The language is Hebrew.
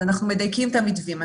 אנחנו מדייקים את המתווים.